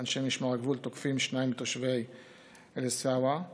אנשי משמר הגבול תוקפים שניים מתושבי עיסאוויה.